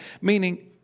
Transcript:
Meaning